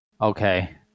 Okay